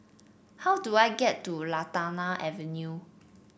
how do I get to Lantana Avenue